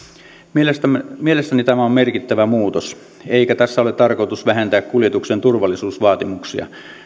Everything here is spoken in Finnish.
mielestäni tämä on merkittävä muutos eikä tässä ole tarkoitus vähentää kuljetuksen turvallisuusvaatimuksia